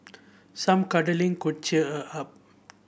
some cuddling could cheer her up